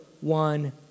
one